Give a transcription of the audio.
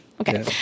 okay